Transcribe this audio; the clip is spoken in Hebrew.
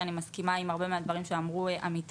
שאני מסכימה עם הרבה מהדברים שנאמרו כאן על ידי עמיתיי.